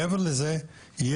מעבר לזה,